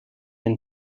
and